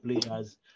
players